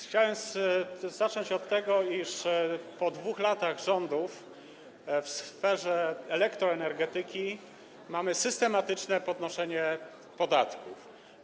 Chciałem zacząć od tego, iż po 2 latach rządów w sferze elektroenergetyki mamy systematyczne podnoszenie podatków.